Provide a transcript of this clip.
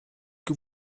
que